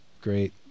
great